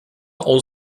all